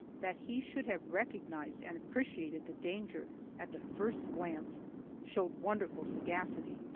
that he should have recognized and appreciated the danger at the first glance showed wonderful sagacity.